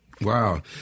Wow